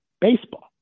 baseball